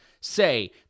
say